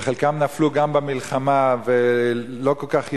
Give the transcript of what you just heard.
וחלקם גם נפלו במלחמה, ולא כל כך ידועים,